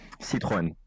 Citroën